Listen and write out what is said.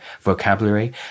vocabulary